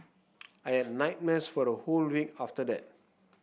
I had nightmares for a whole week after that